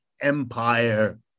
empire